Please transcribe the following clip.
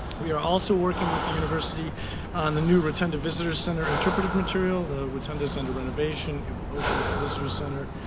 we are also working with the university on a new rotunda visitors center interpretive material. the rotunda is under renovation. it will open with the visitors center.